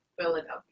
Philadelphia